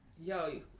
Yo